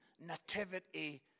nativity